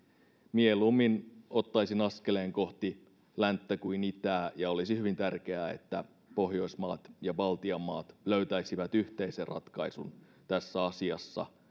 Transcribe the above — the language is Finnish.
mieluummin ottaisin askeleen kohti länttä kuin itää ja olisi hyvin tärkeää että pohjoismaat ja baltian maat löytäisivät yhteisen ratkaisun tässä asiassa